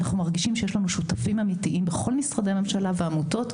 אנחנו מרגישים שיש לנו שותפים אמיתיים בכל משרדי הממשלה והעמותות,